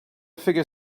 figure